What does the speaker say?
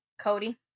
Cody